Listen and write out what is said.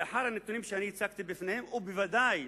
לאחר הנתונים שהצגתי בפניהם, וודאי